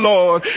Lord